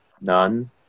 none